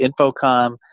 Infocom